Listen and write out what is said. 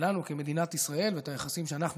שלנו כמדינת ישראל ואת היחסים שאנחנו